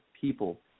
people